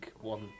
one